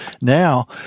now